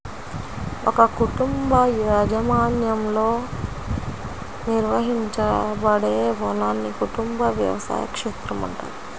ఒక కుటుంబ యాజమాన్యంలో నిర్వహించబడే పొలాన్ని కుటుంబ వ్యవసాయ క్షేత్రం అంటారు